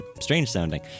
strange-sounding